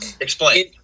Explain